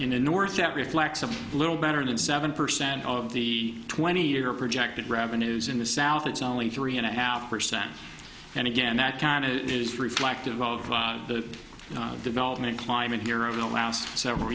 in the north that reflects a little better than seven percent of the twenty year projected revenues in the south it's only three and a half percent and again that kind of is reflective of the development climate here over the last several